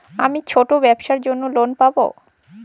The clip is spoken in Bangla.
আমি ছোট ব্যবসার জন্য লোন পাব?